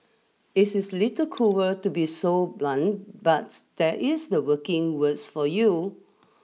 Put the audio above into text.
is is little cruel to be so blunt but that is the working worlds for you